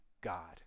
God